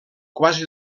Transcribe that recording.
quasi